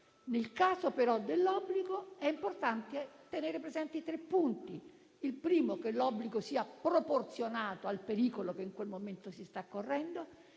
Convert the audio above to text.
Nel caso però dell'obbligo è importante tenere presente tre punti: che l'obbligo sia proporzionato al pericolo che in quel momento si sta correndo;